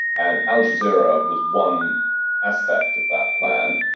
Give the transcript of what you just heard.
and al jazeera was one aspect of that plan,